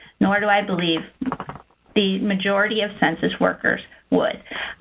nor do i believe the majority of census workers would.